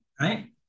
right